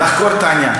לחקור את העניין.